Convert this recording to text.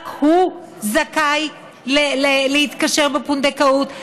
רק הוא זכאי להתקשר בפונדקאות?